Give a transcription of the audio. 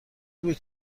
بود